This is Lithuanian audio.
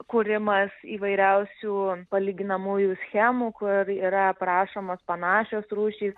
kūrimas įvairiausių palyginamųjų schemų kur yra aprašomos panašios rūšys